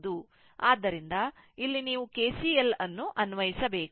ಆದ್ದರಿಂದ ಇಲ್ಲಿ ನೀವು KCL ಅನ್ನು ಅನ್ವಯಿಸಬೇಕು